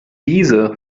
diese